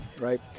right